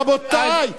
רבותי,